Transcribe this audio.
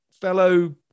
fellow